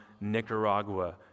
Nicaragua